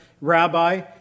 Rabbi